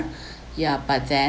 yeah but then